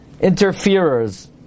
interferers